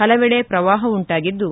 ಹಲವೆಡೆ ಪ್ರವಾಪ ಉಂಟಾಗಿದ್ದು